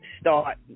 start